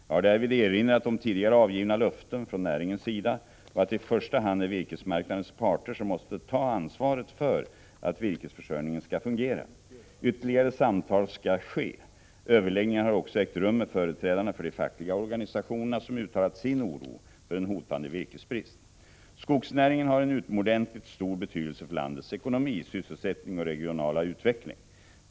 Jag har därvid erinrat om tidigare avgivna löften från näringens sida och att det i första hand är virkesmarknadens parter som måste ta ansvaret för att virkesförsörjningen skall fungera. Ytterligare samtal skall ske. Överläggningar har också ägt rum med företrädarna för de fackliga organisationerna som uttalat sin oro för en hotande virkesbrist. Skogsnäringen har en utomordentligt stor betydelse för landets ekonomi, sysselsättning och regionala utveckling.